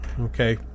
Okay